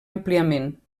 àmpliament